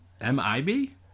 M-I-B